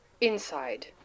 inside